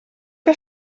que